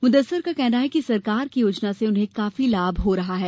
मुदस्सर का कहना है कि सरकार की योजना से उन्हें काफी लाभ हो रहा है